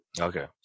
Okay